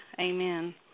Amen